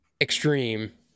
extreme